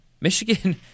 Michigan